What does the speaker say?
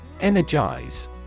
Energize